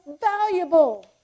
valuable